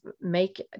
make